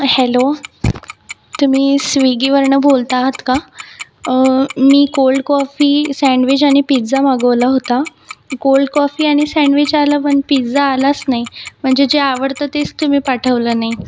hello तुम्ही स्विगीवरून बोलत आहात का मी कोल्ड कॉफी सँडविज आणि पिझ्झा मागवला होता कोल्ड कॉफी आणि सँडविज आलं पण पिझ्झा आलाच नाही म्हणजे जे आवडतं तेच तुम्ही पाठवलं नाही